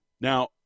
Now